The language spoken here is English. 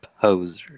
poser